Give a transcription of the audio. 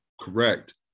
Correct